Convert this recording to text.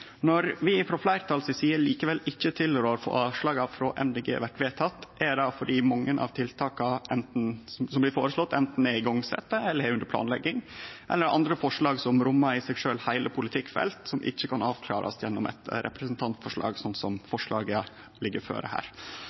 Når vi frå fleirtalet si side likevel ikkje tilrår at forslaga frå Miljøpartiet Dei Grøne blir vedtekne, er det fordi mange av tiltaka som blir føreslått, anten er sette i gang eller er under planlegging. Andre forslag rommar i seg sjølve heile politikkfelt som ikkje kan avklarast gjennom eit representantforslag, slik forslaget ligg føre her.